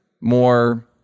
more